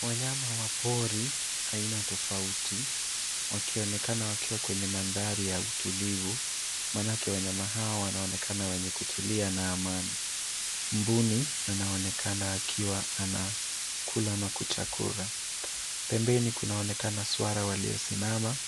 Wanyama wa pori aina tofauti wakionekana wakiwa kwenye mandhari ya utulivu, maanake Wanyama hawa wanaonekana wenye kutulia na amani ,mbuni anaonekana akiwa anakula ama kuchakura pembeni kunaonekana swara waliosimama